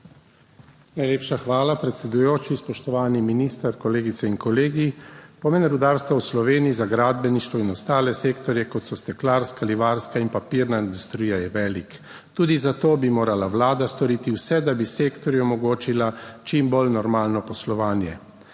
Najlepša hvala, predsedujoči. Spoštovani minister, kolegice in kolegi! Pomen rudarstva v Sloveniji za gradbeništvo in ostale sektorje, kot so steklarska, livarska in papirna industrija, je velik. Tudi zato bi morala Vlada storiti vse, da bi sektorju omogočila čim bolj normalno poslovanje.